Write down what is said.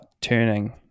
turning